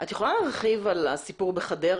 את יכולה להרחיב לגבי הסיפור בחדרה,